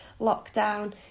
lockdown